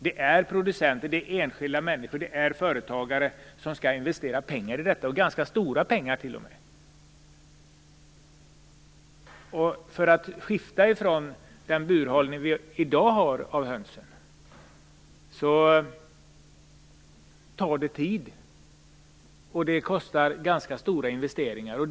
Det är producenter, enskilda människor, företagare, som skall investera pengar i det här, och det rör sig om ganska stora pengar. Att skifta från den burhållning av höns vi har i dag tar tid, och det kräver ganska stora investeringar.